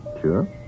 Sure